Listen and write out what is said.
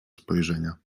spojrzenia